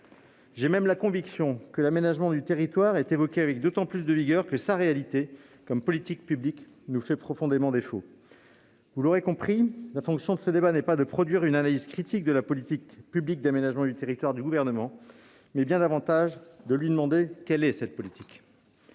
J'ai même la conviction que l'aménagement du territoire, évoqué avec d'autant plus de vigueur que sa réalité, comme politique publique, nous fait profondément défaut. Vous l'aurez compris, la fonction de ce débat est non pas de produire une analyse critique de la politique publique d'aménagement du territoire du Gouvernement, mais bien davantage de lui demander quelle est cette politique.